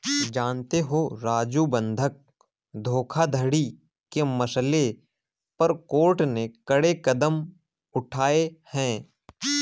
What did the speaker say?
जानते हो राजू बंधक धोखाधड़ी के मसले पर कोर्ट ने कड़े कदम उठाए हैं